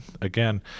again